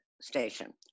station